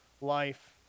life